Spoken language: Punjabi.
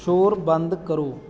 ਸ਼ੋਰ ਬੰਦ ਕਰੋ